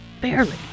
barely